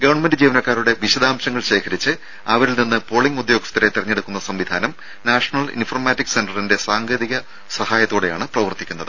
government ജീവനക്കാരുടെ വിശദാംശങ്ങൾ ശേഖരിച്ച് അവരിൽ നിന്ന് പോളിങ്ങ് ഉദ്യോഗസ്ഥരെ തെരഞ്ഞെടുക്കുന്ന സംവിധാനം നാഷണൽ ഇൻഫോർമാറ്റിക് സെന്ററിന്റെ സാങ്കേതിക സഹായത്തോടെയാണ് പ്രവർത്തിക്കുന്നത്